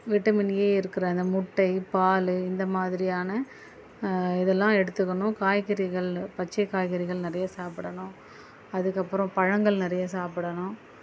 vitamin A இருக்கிற அந்த முட்டை பால் இந்தமாதிரியான இதெல்லாம் எடுத்துக்கணும் காய்கறிகள் பச்சை காய்கறிகள் நிறைய சாப்பிடணும் அதற்கப்பறம் பழங்கள் நிறைய சாப்பிடணும்